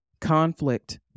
conflict